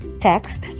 Text